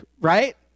right